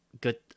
good